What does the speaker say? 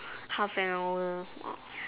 half an hour